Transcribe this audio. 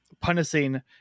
punishing